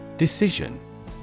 Decision